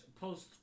post